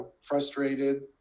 frustrated